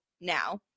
now